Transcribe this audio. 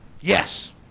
yes